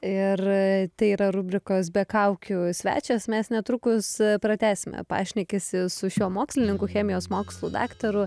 ir tai yra rubrikos be kaukių svečias mes netrukus pratęsime pašnekesį su šiuo mokslininku chemijos mokslų daktaru